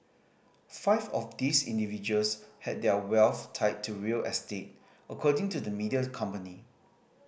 five of these individuals had their wealth tied to real estate according to the media company